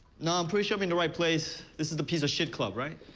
no, i'm pretty sure i'm in the right place. this is the piece of shit club, right?